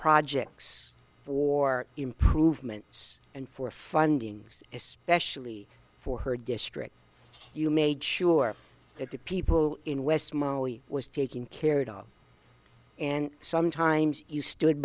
projects for improvements and for funding especially for her district you made sure that the people in west molly was taking cared of and sometimes you stood